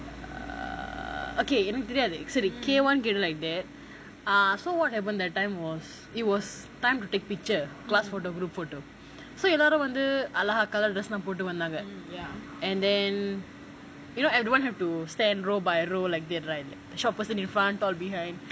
okay எனக்கு தெரியாது:ennaku teriyaathu K one கேட்டாலே:ketaalae like that ah so what happened that time was it was time to take picture class photo group photo so எல்லாரும் வந்து அழகா:ellarum vanthu alaga colour dress லாம் போட்டு வந்தாங்க:laam pottu vanthaanga and then you know everyone have to stand row by row like that right short person in front tall behind